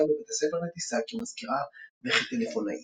הועסקה בבית-הספר לטיסה כמזכירה וכטלפונאית.